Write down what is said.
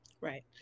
Right